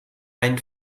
ein